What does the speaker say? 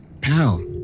pal